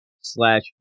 slash